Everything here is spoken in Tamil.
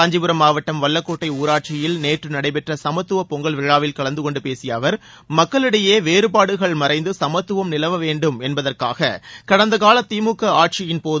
காஞ்சிபுரம் மாவட்டம் வல்லக்கோட்டை ஊராட்சியில் நேற்று நடைபெற்ற சமத்துவ பொங்கல் விழாவில் கலந்தகொண்டு பேசிய அவர் மக்களிடையே வேறுபாடுகள் மறைந்து சமத்துவம் நிலவ வேண்டும் என்பதற்காக கடந்த கால திமுக ஆட்சியின்போது